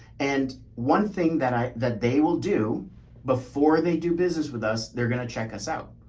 and one thing that i, that they will do before they do business with us, they're going to check us out.